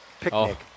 picnic